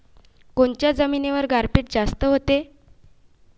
कोनच्या जमिनीवर गारपीट जास्त व्हते?